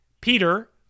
Peter